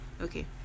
okay